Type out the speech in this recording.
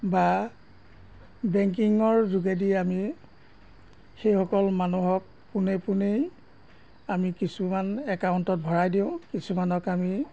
বা বেংকিঙৰ যোগেদি আমি সেইসকল মানুহক পোনে পোনেই আমি কিছুমান একাউণ্টত ভৰাই দিওঁ কিছুমানক আমি